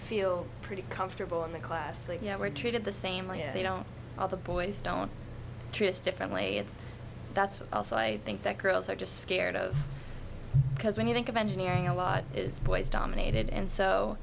feel pretty comfortable in the class that you know we're treated the same land they don't i the boys don't trist differently and that's also i think that girls are just scared of because when you think of engineering a lot is boys dominated and so